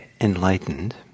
enlightened